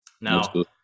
Now